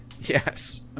Yes